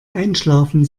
einschlafen